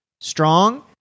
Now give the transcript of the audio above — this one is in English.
strong